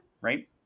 Right